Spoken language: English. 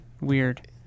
weird